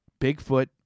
Bigfoot